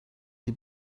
die